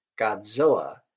Godzilla